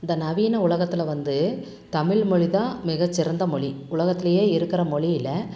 இந்த நவீன உலகத்தில் வந்து தமிழ்மொலி தான் மிகச் சிறந்த மொழி உலகத்திலையே இருக்கிற மொழியில